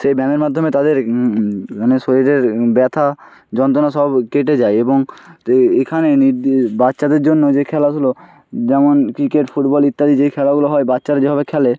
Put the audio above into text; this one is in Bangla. সে ব্যামের মাধ্যমে তাদের মানে শরীরের ব্যথা যন্ত্রণা সব কেটে যায় এবং এখানে নির্দি বাচ্চাদের জন্য যে খেলাধুলো যেমন ক্রিকেট ফুটবল ইত্যাদি যেই খেলাগুলো হয় বাচ্চারা যেভাবে খেলে